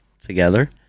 together